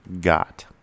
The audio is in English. got